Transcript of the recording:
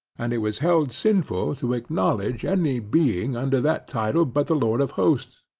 and it was held sinful to acknowledge any being under that title but the lord of hosts.